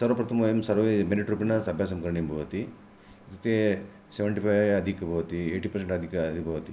सर्वप्रथमं वयं सर्वे मिल्ट्रूपेण अभ्यासं करणीयं भवति इत्युक्ते सेवेण्टि फैव् अधिकं भवति येय्टि फैव् अधिकाधिकं भवति